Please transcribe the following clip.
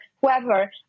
whoever